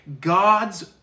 God's